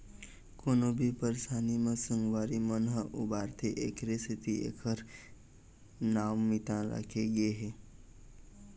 कोनो भी परसानी म संगवारी मन ह उबारथे एखरे सेती एखर नांव मितान राखे गे हे